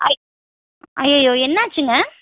அய்யயோ என்னாச்சுங்க